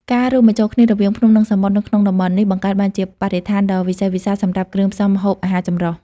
ការរួមបញ្ចូលគ្នារវាងភ្នំ និងសមុទ្រនៅក្នុងតំបន់នេះ បង្កើតបានជាបរិស្ថានដ៏វិសេសវិសាលសម្រាប់គ្រឿងផ្សំម្ហូបអាហារចម្រុះ។